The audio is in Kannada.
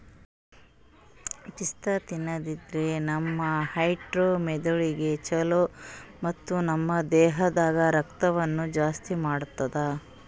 ಪಿಸ್ತಾ ತಿನ್ನಾದ್ರಿನ್ದ ನಮ್ ಹಾರ್ಟ್ ಮೆದಳಿಗ್ ಛಲೋ ಮತ್ತ್ ನಮ್ ದೇಹದಾಗ್ ರಕ್ತನೂ ಜಾಸ್ತಿ ಮಾಡ್ತದ್